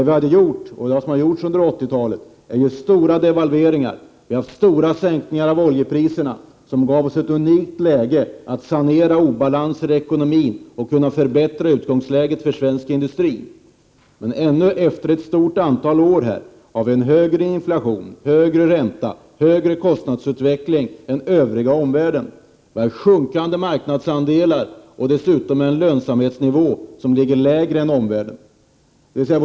Vad som har gjorts under 80-talet är stora devalveringar. Vi har haft stora sänkningar av oljepriserna, vilket gav oss ett unikt läge att sanera obalanser i ekonomin och förbättra utgångsläget för svensk industri. Men ännu, efter ett stort antal år, har vi en högre inflation, högre ränta och högre kostnadsutveckling än omvärlden. Våra marknadsandelar sjunker, och vi har dessutom en lösamhetsnivå som ligger lägre än den i omvärlden.